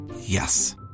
Yes